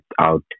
out